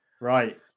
Right